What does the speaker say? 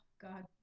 god